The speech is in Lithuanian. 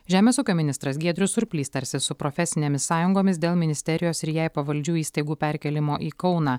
žemės ūkio ministras giedrius surplys tarsis su profesinėmis sąjungomis dėl ministerijos ir jai pavaldžių įstaigų perkėlimo į kauną